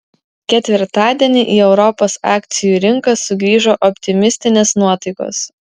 ketvirtadienį į europos akcijų rinkas sugrįžo optimistinės nuotaikos